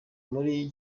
muri